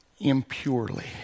impurely